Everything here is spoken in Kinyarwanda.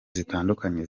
zitandukanye